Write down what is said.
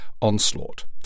onslaught